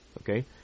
Okay